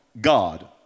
God